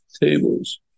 tables